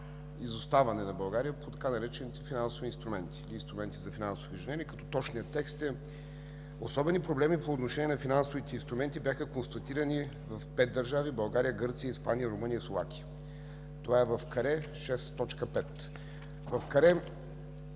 изоставане на България по така наречените „финансови инструменти”, или инструменти за финансово изменение, като точният текст е: „Особени проблеми по отношение на финансовите инструменти бяха констатирани в пет държави – България, Гърция, Испания, Румъния и Словакия”. Това е в каре 6.5. В каре